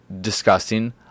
disgusting